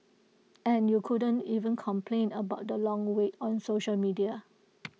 and you couldn't even complain about the long wait on social media